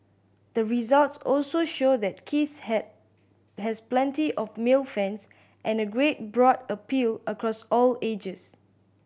the results also show that kiss had has plenty of male fans and a great broad appeal across all ages